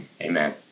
Amen